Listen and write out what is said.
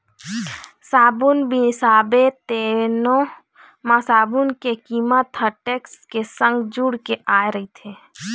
साबून बिसाबे तेनो म साबून के कीमत ह टेक्स के संग जुड़ के आय रहिथे